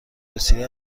بسیاری